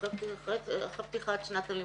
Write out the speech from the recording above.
אחרי פתיחת שנת הלימודים,